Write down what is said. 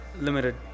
limited